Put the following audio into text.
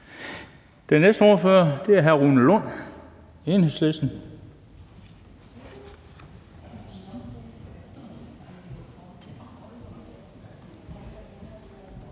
den næste ordfører er hr. Rune Lund,